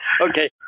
okay